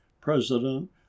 president